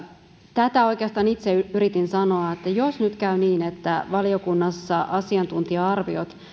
tätä oikeastaan itse yritin sanoa että jos nyt käy niin että valiokunnassa asiantuntija arviot